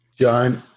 John